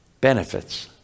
Benefits